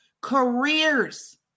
Careers